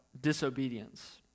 disobedience